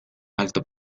alto